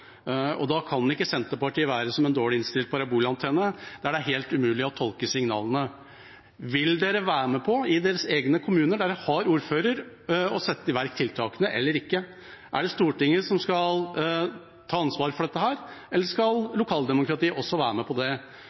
Da kan ikke Senterpartiet være som en dårlig innstilt parabolantenne, der det er helt umulig å tolke signalene. Vil de være med på – i sine egne kommuner der de har ordfører – å sette i verk tiltakene, eller ikke? Er det Stortinget som skal ta ansvaret for dette, eller skal lokaldemokratiet også være med på det?